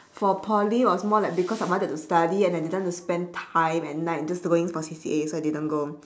for poly was more like because I wanted to study and I didn't want to spend time and night just to going for C_C_A so I didn't go